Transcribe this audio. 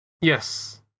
Yes